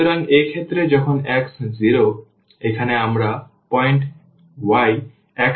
সুতরাং এই ক্ষেত্রে যখন x 0 এখানে আমরা পয়েন্ট y x 2 পাচ্ছি